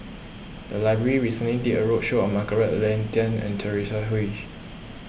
the library recently did a roadshow on Margaret Leng Tan and Teresa Hsu